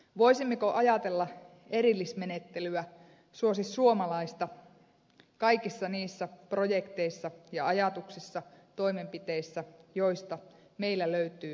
voisimmeko ajatella erillismenettelyä suosi suomalaista kaikissa niissä projekteissa ja ajatuksissa toimenpiteissä joihin meiltä löytyy ammattilaisia